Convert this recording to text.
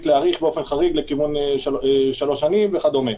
להאריך באופן חריג לכיוון שלוש שנים וכדומה.